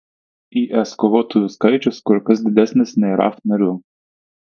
is kovotojų skaičius kur kas didesnis nei raf narių